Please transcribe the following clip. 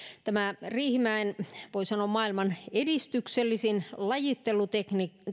tämä riihimäen voi sanoa maailman edistyksellisin lajitteluteknologia